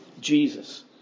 Jesus